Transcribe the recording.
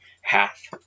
half